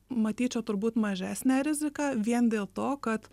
matyt čia turbūt mažesnė riziką vien dėl to kad